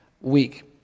week